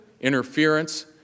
interference